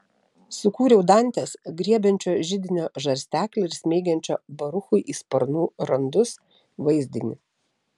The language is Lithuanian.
sukūriau dantės griebiančio židinio žarsteklį ir smeigiančio baruchui į sparnų randus vaizdinį